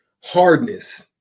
hardness